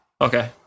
Okay